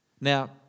Now